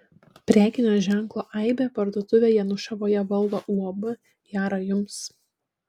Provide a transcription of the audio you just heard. prekinio ženklo aibė parduotuvę janušavoje valdo uab jara jums